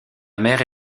mère